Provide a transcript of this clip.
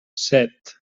set